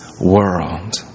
world